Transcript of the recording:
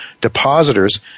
depositors